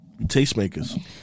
Tastemakers